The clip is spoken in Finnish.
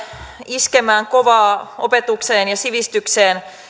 iskemään kovaa opetukseen ja sivistykseen